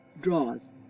DRAWs